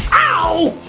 ow!